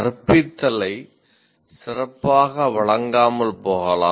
கற்பித்தலை சிறப்பாக வழங்காமல் போகலாம்